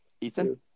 Ethan